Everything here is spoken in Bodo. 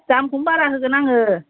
दामखौनो बारा होगोन आङो